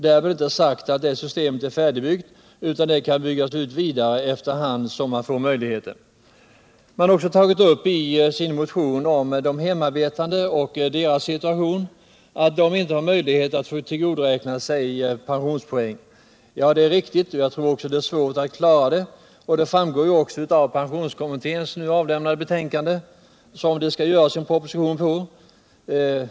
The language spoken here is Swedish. Därmed är inte sagt att systemet är färdigutbyggt, utan det kan byggas ut vidare efter hand som man får möjligheter till det. I motionen har också tagits upp frågan om de hemarbetande och deras situation genom att de inte har möjlighet att tillgodoräkna sig pensionspoäng. Det är riktigt att de hemarbetandes situation är besvärlig, och jag tror att problemet kan bli svårt att lösa. Frågan har beaktats i pensionskommitténs nu avlämnade betänkande, på vilket det skall skrivas en proposition.